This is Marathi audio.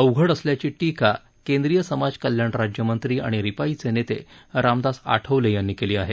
अवघड असल्याची टीका केंद्रीय समाज कल्याण राज्यमंत्री आणि रिपाईचे नेते रामदास आठवले यांनी केली आहे